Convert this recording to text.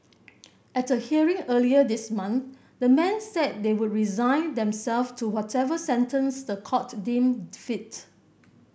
at a hearing earlier this month the men said they would resign them self to whatever sentence the court deemed fit